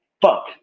fuck